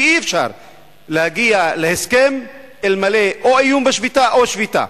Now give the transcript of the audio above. שאי-אפשר להגיע להסכם אלמלא איום בשביתה או שביתה.